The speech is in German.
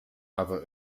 aber